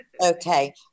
okay